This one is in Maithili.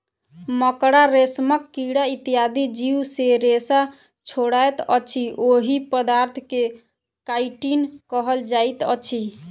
मकड़ा, रेशमक कीड़ा इत्यादि जीव जे रेशा छोड़ैत अछि, ओहि पदार्थ के काइटिन कहल जाइत अछि